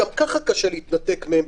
גם ככה לבן אדם קשה להתנתק מהם,